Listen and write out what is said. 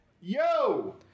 Yo